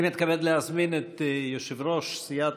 אני מתכבד להזמין את יושב-ראש סיעת